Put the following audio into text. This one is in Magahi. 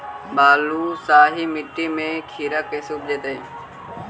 बालुसाहि मट्टी में खिरा कैसे उपजतै?